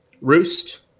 roost